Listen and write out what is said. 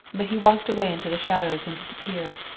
but he walked away into the shadows and disappeared.